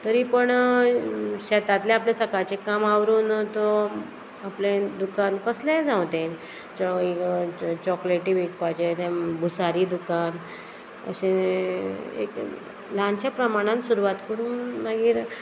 तरी पण शेतांतलें आपलें सकाळचें काम आवरून तो आपलें दुकान कसलेंय जावं तें चॉ चॉकलेटी विकपाचें तें बुसारी दुकान अशें एक ल्हानश्या प्रमाणान सुरवात करून मागीर